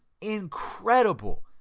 incredible